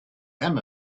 them